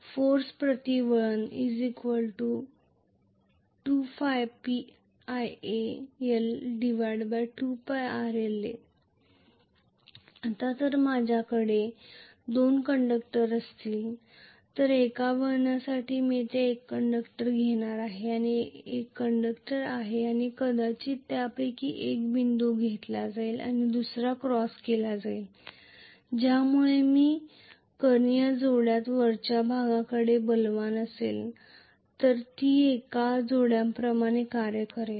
force प्रति वळण 2ϕP 2πrl Ia a l आता जर माझ्याकडे दोन कंडक्टर असतील तर एका वळणासाठी मी येथे एक कंडक्टर घेणार आहे येथे एक कंडक्टर आहे आणि कदाचित त्यांच्यापैकी एक बिंदू घेऊन जाईल आणि दुसरा एक क्रॉस घेऊन जाईल ज्यामुळे एका जोड्यात वरच्या भागाकडे बलवान असेल तर ती एका जोडप्याप्रमाणे कार्य करेल